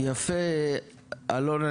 יפה אלון,